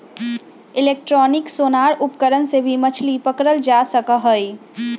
electronic sonar उपकरण से भी मछली पकड़ल जा सका हई